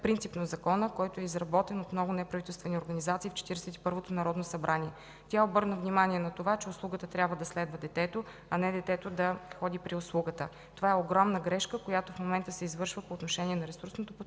принципно Закона, който е изработен от много неправителствени организации в 41-то Народно събрание. Тя обърна внимание на това, че услугата трябва да следва детето, а не детето да ходи при услугата. Това е огромна грешка, която в момента се извършва по отношение на ресурсното подпомагане